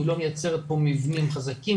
היא לא מייצרת פה מבנים חזקים.